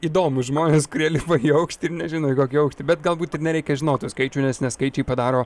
įdomūs žmonės kurie lipa į aukštį ir nežino į kokį aukštį bet galbūt ir nereikia žinot tų skaičių nes ne skaičiai padaro